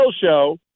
show